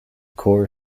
core